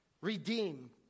Redeem